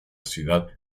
ciudad